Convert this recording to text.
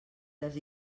les